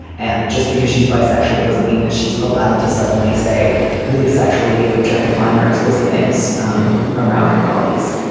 and just because she's bisexual doesn't mean that she's allowed to suddenly say really sexually objectifying or explicit things um around her colleagues.